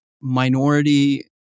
minority